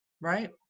Right